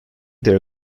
their